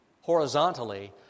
horizontally